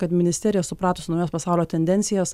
kad ministerija supratus naujas pasaulio tendencijas